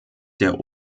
der